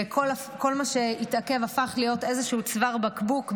וכל מה שהתעכב הפך להיות איזשהו צוואר בקבוק בגאנט,